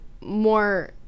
more